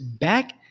back